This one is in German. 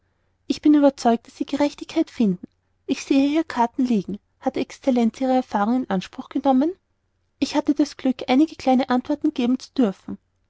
ich bin überzeugt daß sie gerechtigkeit finden ich sehe hier karten liegen hat excellenz ihre erfahrungen in anspruch genommen ich hatte das glück einige kleine antworten geben zu dürfen